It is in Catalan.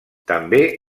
també